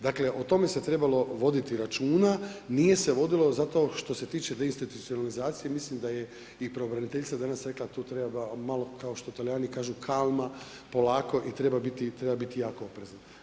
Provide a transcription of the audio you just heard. Dakle, o tome se trebalo voditi računa, nije se vodilo zato što se tiče deinstitucionalizacije, mislim da je i pravobraniteljica danas rekla da tu treba malo, kao što Talijani kažu, „kalma“ - polako, i treba biti jako oprezan.